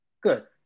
good